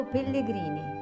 Pellegrini